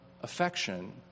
affection